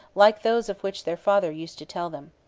like those of which their father used to tell them.